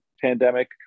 pandemic